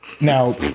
Now